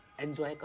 enjoy.